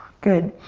good,